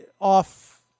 off